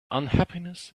unhappiness